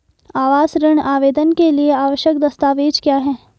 आवास ऋण आवेदन के लिए आवश्यक दस्तावेज़ क्या हैं?